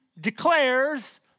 declares